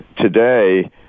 today